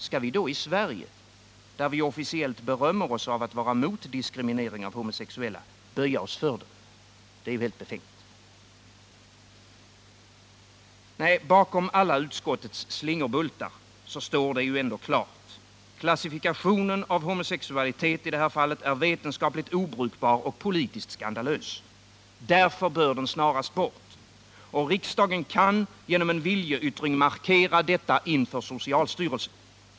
Skall vi då i Sverige, där vi officiellt berömmer oss för att vara mot diskriminering av homosexuella, böja oss för den? Det är helt befängt. Bakom utskottets alla slingerbultar står det ändå klart: klassifikationen av i detta fall homosexualitet är vetenskapligt obrukbar och politiskt skandalös. Därför bör den snarast bort. Riksdagen kan genom en viljeyttring markera detta inför socialstyrelsen.